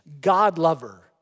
God-lover